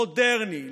מודרני,